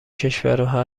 کشورها